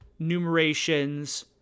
numerations